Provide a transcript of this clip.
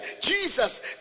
Jesus